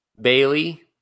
Bailey